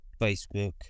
facebook